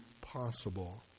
possible